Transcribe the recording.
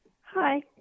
Hi